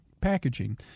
packaging